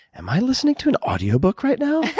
am i listening to an audio book right now?